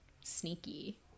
sneaky